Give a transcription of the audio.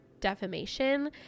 defamation